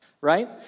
Right